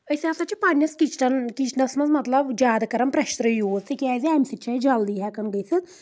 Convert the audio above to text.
ٲسۍ ہسا چھِ پَننِس کِچنن کِچنَس منٛز مطلب زیادٕ کَران پریشرٕے یوٗز تِکیازِ امہِ سۭتۍ چھ أسۍ جلدی ہٮ۪کان گٔژھِتھ